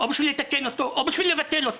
או לבטל אותו